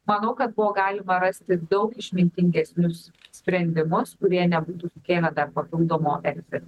manau kad buvo galima rasti daug išmintingesnius sprendimus kurie nebūtų sukėlę dar papildomo erzelio